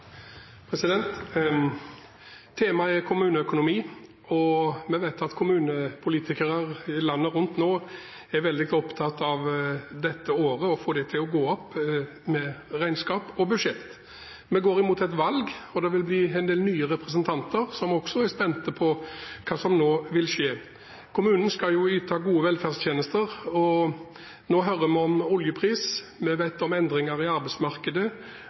Temaet er kommuneøkonomi, og vi vet at kommunepolitikere landet rundt nå er veldig opptatt av å få regnskap og budsjett til å gå opp dette året. Vi går mot et valg, og det vil bli en del nye representanter, som også er spent på hva som nå vil skje. Kommunene skal jo yte gode velferdstjenester. Nå hører vi om oljepris, vi vet om endringer i arbeidsmarkedet,